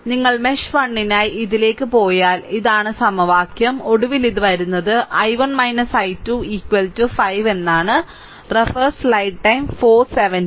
നിങ്ങൾ മെഷ് 1 നായി ഇതിലേക്ക് പോയാൽ ഇതാണ് സമവാക്യം ഒടുവിൽ ഇത് വരുന്നത് i1 i2 5